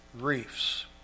reefs